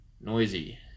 noisy